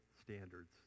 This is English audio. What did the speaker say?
standards